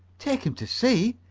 take him to sea?